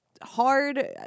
Hard